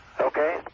Okay